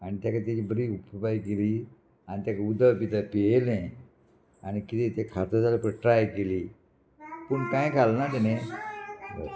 आनी तेका तेजी बरी अपुरबाय केली आनी तेका उदक बिदक पिवयलें आनी किदें तें खाता जाल्यार पय ट्राय केली पूण कांय खालना तेणें